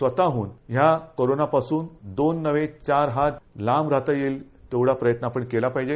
स्वतहून या कोरोनापासून दोन नव्हे चार होत लांब राहता येईल तेव्हढा प्रयत्न आपण केला पाहिजे